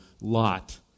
lot